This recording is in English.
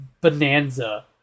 bonanza